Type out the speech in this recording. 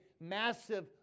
massive